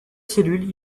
cellules